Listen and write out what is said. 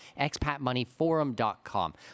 expatmoneyforum.com